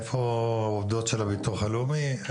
איפה העובדים של הביטוח הלאומי.